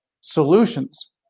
solutions